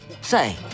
Say